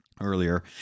earlier